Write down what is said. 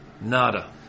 Nada